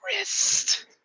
wrist